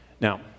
Now